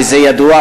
וזה ידוע,